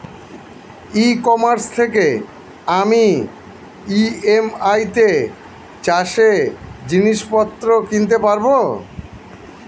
ই commerce থেকে আমি EMI তে চাষে জিনিসপত্র কিনতে পারব?